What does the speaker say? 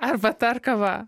arbata ar kava